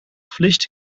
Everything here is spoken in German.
pflicht